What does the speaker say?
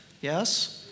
yes